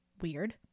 weird